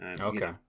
okay